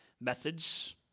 methods